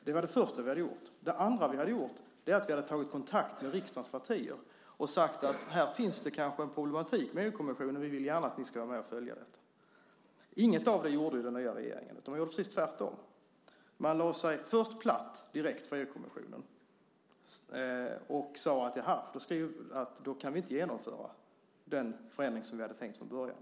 Det andra vi hade gjort hade varit att ta kontakt med riksdagens partier och sagt att det finns ett problem med EU-kommissionen och att vi gärna ser att de är med och följer detta. Inget av detta har den nya regeringen gjort utan man har gjort precis tvärtom. Man lade sig först platt för EU-kommissionen och sade att man inte kunde genomföra den förändring som var tänkt från början.